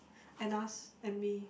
and us and me